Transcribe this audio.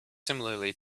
similarly